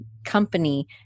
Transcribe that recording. company